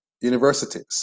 universities